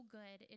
good